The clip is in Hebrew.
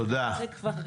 תודה.